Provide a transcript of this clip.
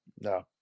No